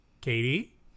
Katie